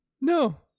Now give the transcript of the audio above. No